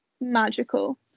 magical